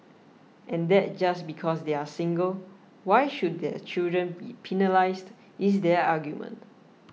and that just because they are single why should their children be penalised is their argument